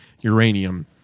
uranium